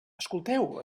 escolteu